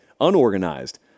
unorganized